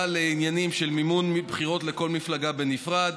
לעניינים של מימון בחירות לכל מפלגה בנפרד,